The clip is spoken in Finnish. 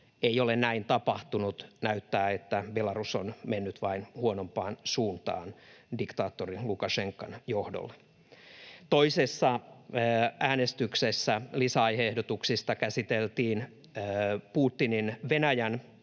Ei ole näin tapahtunut — näyttää, että Belarus on mennyt vain huonompaan suuntaan diktaattori Lukašenkan johdolla. Toisessa äänestyksessä lisäaihe-ehdotuksista käsiteltiin Putinin Venäjän toimia